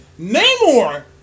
Namor